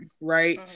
right